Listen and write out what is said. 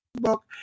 book